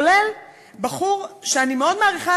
כולל בחור שאני מאוד מעריכה,